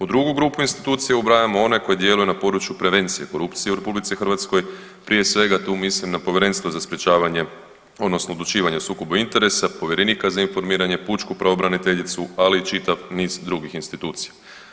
U drugu grupu institucija ubrajamo one koje djeluju na području prevencije korupcije u RH, prije svega tu mislim na Povjerenstvo za sprečavanje odnosno odlučivanje o sukobu interesa, povjerenika za informiranje, pučku pravobraniteljicu, ali i čitav niz drugih institucija.